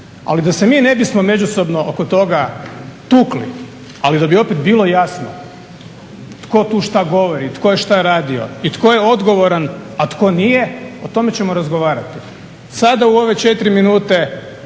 Ali da se mi ne bi međusobno oko toga tukli, ali da bi opet bilo jasno tko tu šta govori, tko je šta radio i tko je odgovoran a tko nije o tome ćemo razgovarati. Sada u ove 4 minute,